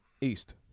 East